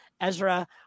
Ezra